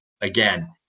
again